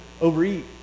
overeat